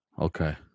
Okay